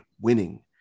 winning